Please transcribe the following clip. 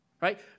right